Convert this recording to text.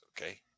okay